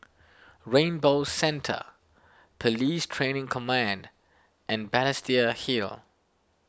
Rainbow Centre Police Training Command and Balestier Hill